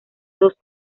los